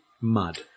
mud